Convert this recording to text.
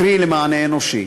קרי, למענה אנושי.